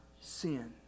sin